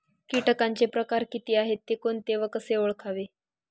किटकांचे प्रकार किती आहेत, ते कोणते व कसे ओळखावे?